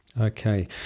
Okay